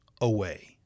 away